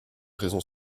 raison